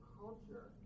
culture